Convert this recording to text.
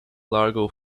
largo